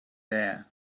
there